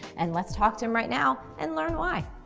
and let's talk to him right now and learn why.